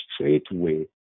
straightway